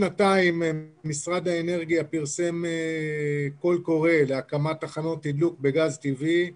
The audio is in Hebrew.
לפני שנתיים משרד האנרגיה פרסם קול קורא להקמת תחנות תדלוק בגז טבעי,